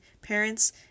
parents